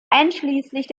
einschließlich